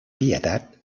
pietat